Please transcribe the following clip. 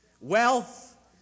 Wealth